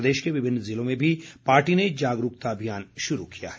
प्रदेश के विभिन्न ज़िलों में भी पार्टी ने जागरूकता अभियान शुरू किया है